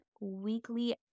weekly